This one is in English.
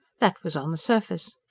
that was on the surface.